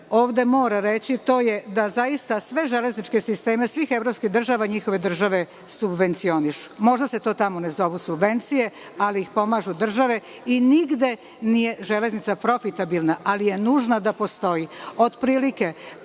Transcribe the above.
ovde mora reći, a to je da zaista sve železničke sisteme, svih evropskih država, njihove države subvencionišu. Možda se to tamo ne zovu subvencije, ali pomažu ih države. Nigde nije železnica profitabilna, ali je nužna da postoji.